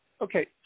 Okay